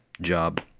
job